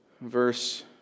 Verse